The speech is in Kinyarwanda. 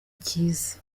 cyiza